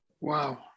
Wow